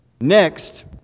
Next